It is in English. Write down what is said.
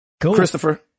christopher